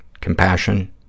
compassion